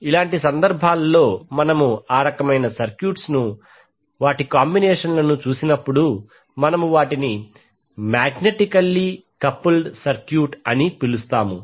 అలాంటి సందర్భాలలో మనము ఆ రకమైన సర్క్యూట్ కాంబినేషన్స్ లను చూసినప్పుడు మనము వాటిని మాగ్నెటికల్లీ కపుల్డ్ సర్క్యూట్ అని పిలుస్తాము